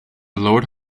lord